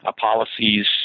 policies